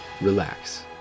relax